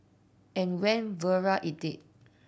and went viral it did